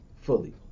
fully